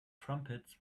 trumpets